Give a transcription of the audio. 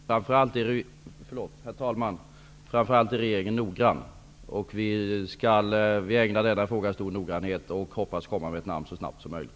Herr talman! Framför allt är regeringen noggrann. Vi ägnar denna fråga stor noggrannhet och hoppas att kunna presentera ett namn så snabbt som möjligt.